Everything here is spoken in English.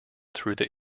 through